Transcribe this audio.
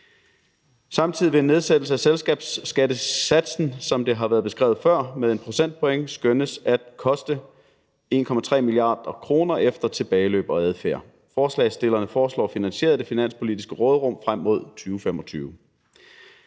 Samtidig vil en nedsættelse af selskabsskattesatsen, som det har været beskrevet før, med 1 procentpoint skønnes at koste 1,3 mia. kr. efter tilbageløb og adfærd. Forslagsstillerne foreslår det finansieret af det finanspolitiske råderum frem mod 2025.